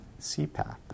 CPAP